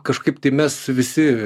kažkaip tai mes visi